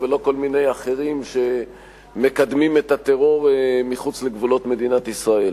ולא כל מיני אחרים שמקדמים את הטרור מחוץ לגבולות מדינת ישראל.